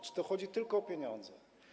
Czy chodzi tylko o pieniądze?